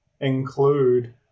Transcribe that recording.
include